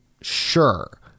sure